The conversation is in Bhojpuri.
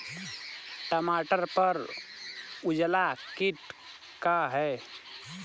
टमाटर पर उजला किट का है?